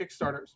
kickstarters